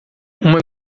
uma